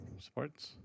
sports